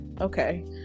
okay